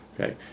Okay